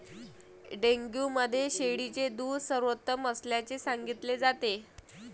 dengue मध्ये शेळीचे दूध सर्वोत्तम असल्याचे सांगितले जाते